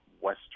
western